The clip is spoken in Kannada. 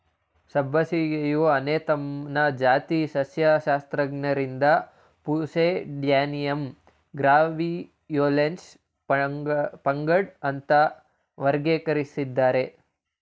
ಸಬ್ಬಸಿಗೆಯು ಅನೇಥಮ್ನ ಜಾತಿ ಸಸ್ಯಶಾಸ್ತ್ರಜ್ಞರಿಂದ ಪ್ಯೂಸೇಡ್ಯಾನಮ್ ಗ್ರ್ಯಾವಿಯೋಲೆನ್ಸ್ ಪಂಗಡ ಅಂತ ವರ್ಗೀಕರಿಸಿದ್ದಾರೆ